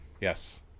Yes